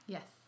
Yes